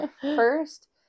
first